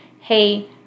hey